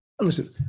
listen